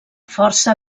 força